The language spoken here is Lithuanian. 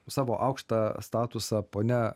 savo aukštą statusą ponia